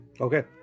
Okay